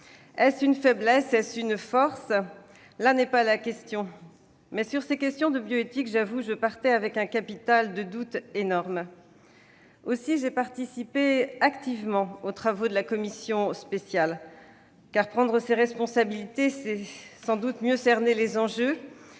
Est-ce une faiblesse, est-ce une force ? Là n'est pas la question. Sur ces questions de bioéthique, j'avoue, je partais avec un capital de doute énorme. Aussi, j'ai participé activement aux travaux de la commission spéciale. Prendre ses responsabilités, c'est mieux cerner les enjeux.